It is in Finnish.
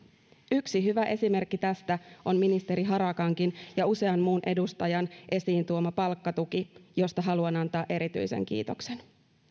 yksi hyvä esimerkki tästä on ministeri harakankin ja usean muun edustajan esiintuoma palkkatuki josta haluan antaa erityisen kiitoksen